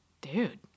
Dude